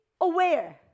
aware